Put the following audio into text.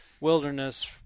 wilderness